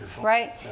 right